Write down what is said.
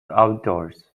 outdoors